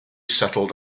settled